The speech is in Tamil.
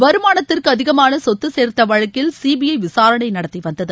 வருமானத்திற்கு அதிகமாள சொத்து சேர்த்த வழக்கில் சிபிஐ விசாரணை நடத்தி வந்தது